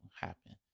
happen